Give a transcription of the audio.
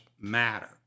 matter